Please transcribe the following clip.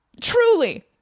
truly